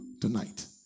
tonight